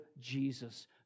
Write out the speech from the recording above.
Jesus